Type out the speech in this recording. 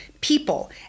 people